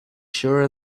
sure